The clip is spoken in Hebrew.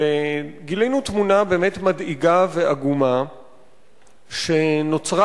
גילינו תמונה באמת מדאיגה ועגומה שנוצרה